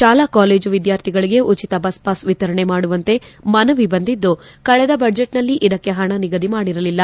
ಶಾಲಾ ಕಾಲೇಜು ವಿದ್ಯಾರ್ಥಿಗಳಿಗೆ ಉಚಿತ ಬಸ್ ಪಾಸ್ ವಿತರಣೆ ಮಾಡುವಂತೆ ಮನವಿ ಬಂದಿದ್ದು ಕಳೆದ ಬಜೆಟ್ನಲ್ಲಿ ಇದಕ್ಕೆ ಹಣ ನಿಗದಿ ಮಾಡಿರಲಿಲ್ಲ